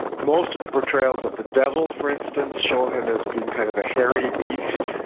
most of the betrayals of the devil for instance show him as being kind of a hairy beast,